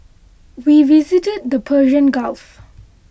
we visited the Persian Gulf